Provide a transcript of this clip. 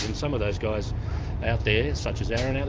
some of those guys out there, such as aaron out